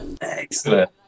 Excellent